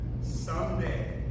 someday